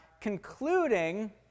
concluding